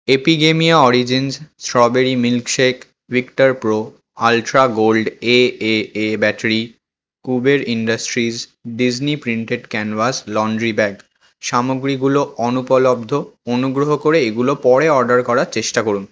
Epigamia origins strawberry milkshake Victor pro ultra gold AAA battery Kuber industries Disney printed canvas laundry bag সামগ্রীগুলো অনুপলব্ধ অনুগ্রহ করে এগুলো পরে অর্ডার করার চেষ্টা করুন